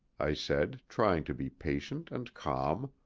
i said, trying to be patient and calm.